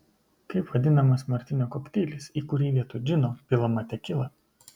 kaip vadinamas martinio kokteilis į kurį vietoj džino pilama tekila